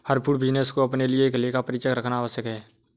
हर food business को अपने लिए एक लेखा परीक्षक रखना आवश्यक है